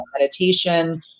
meditation